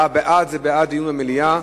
בעד, דיון במליאה,